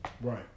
Right